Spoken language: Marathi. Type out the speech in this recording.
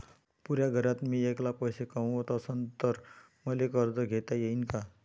पुऱ्या घरात मी ऐकला पैसे कमवत असन तर मले कर्ज घेता येईन का?